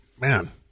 Man